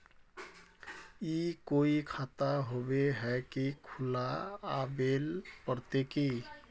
ई कोई खाता होबे है की खुला आबेल पड़ते की?